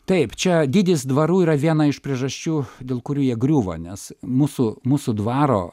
taip čia dydis dvarų yra viena iš priežasčių dėl kurių jie griūva nes mūsų mūsų dvaro